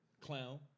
Clown